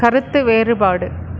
கருத்து வேறுபாடு